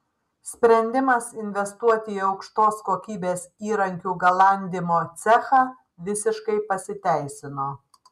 sprendimas investuoti į aukštos kokybės įrankių galandimo cechą visiškai pasiteisino